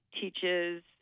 teaches